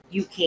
UK